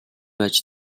байж